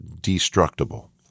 destructible